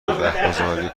وقتگذرانی